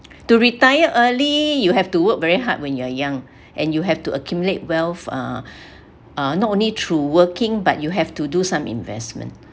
to retire early you have to work very hard when you're young and you have to accumulate wealth uh uh not only through working but you have to do some investment